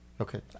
Okay